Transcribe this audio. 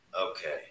Okay